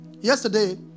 Yesterday